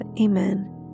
Amen